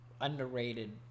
underrated